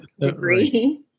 degree